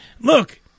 look